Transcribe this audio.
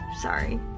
Sorry